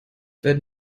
werden